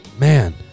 man